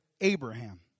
Abraham